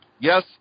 Yes